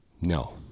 No